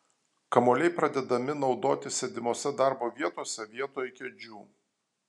kamuoliai pradedami naudoti sėdimose darbo vietose vietoj kėdžių